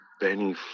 Benny